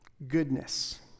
Goodness